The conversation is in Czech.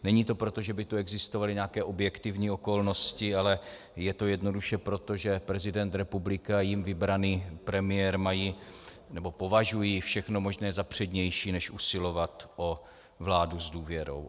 Není to proto, že by tu existovaly nějaké objektivní okolnosti, ale je to jednoduše proto, že prezident republiky a jím vybraný premiér mají... nebo považují všechno možné za přednější než usilovat o vládu s důvěrou.